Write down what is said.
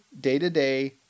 day-to-day